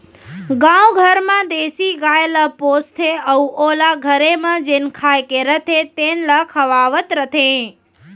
गाँव घर म देसी गाय ल पोसथें अउ ओला घरे म जेन खाए के रथे तेन ल खवावत रथें